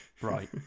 right